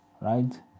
right